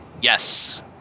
Yes